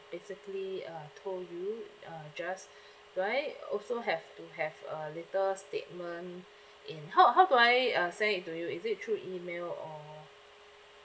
exactly uh told you uh just right also have to have a little statement in how how do I uh send it to you is it through email or